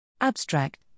Abstract